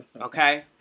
Okay